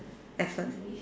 at first